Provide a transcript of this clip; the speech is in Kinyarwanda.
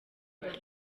ngabo